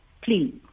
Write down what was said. Please